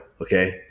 Okay